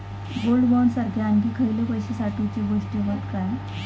Gold bond सारखे आणखी खयले पैशे साठवूचे गोष्टी हत काय?